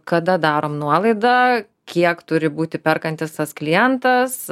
kada darom nuolaidą kiek turi būti perkantis tas klientas